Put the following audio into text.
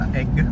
egg